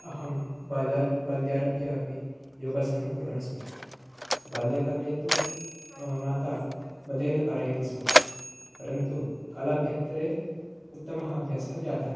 अहं बाल्य बाल्यारभ्य अपि योगासानं कुर्वन् अस्मि बाल्यकाले तु मम माता बलेन कारयति स्म परन्तु कालाभ्यान्तरे उत्तमः अभ्यासः जातः